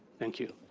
thank you.